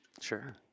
Sure